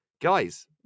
guys